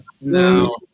No